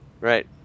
Right